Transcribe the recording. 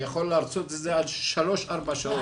אני יכול להרצות על זה שלוש-ארבע שעות.